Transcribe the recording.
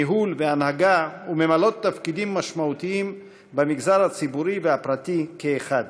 ניהול והנהגה וממלאות תפקידים משמעותיים במגזר הציבורי והפרטי כאחד.